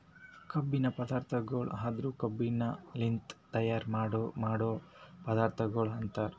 ಕಬ್ಬಿನ ಪದಾರ್ಥಗೊಳ್ ಅಂದುರ್ ಕಬ್ಬಿನಲಿಂತ್ ತೈಯಾರ್ ಮಾಡೋ ಪದಾರ್ಥಗೊಳ್ ಅಂತರ್